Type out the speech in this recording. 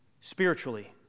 spiritually